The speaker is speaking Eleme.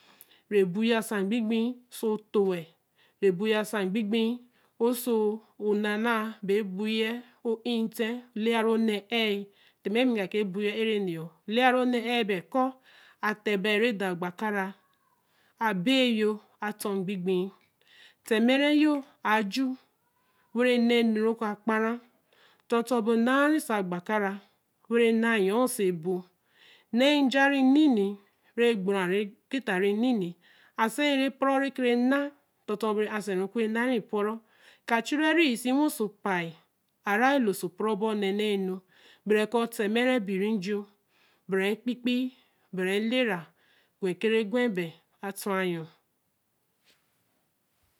re boya nsan gbi gbi ō-so to-wey, re bol- ya nsan gbi-gbi o-so nāa-na, bol-ya o. ii ate o-lee-ya aii ru nne eār tíma bí ka ke ebol-re ni o leeya ru nne ear koō, ate baā re tor a gba-ka ra, abby yor a a tor Ngbei-ngbei, ta emere yor a-cuua, wen- re nēe-nu r ka kpa ra tor-tor be nāa-ra sai gbakara wen re nāa yoro or o-so ebo nēe nj̅a re h- le, wen btu ra ru getta re li-li, a. saa re por ru ra ka re nāa, tor-tor bēe ō asāa ru o kur re nāa re por-ru, ka chure-reē. sie wen so opayi are losō por-ru bol nma-na nu gbere kōo eta emere bi re jur bere kp gwa kere gwa aabel, bere elera ātor yor